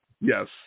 Yes